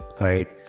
right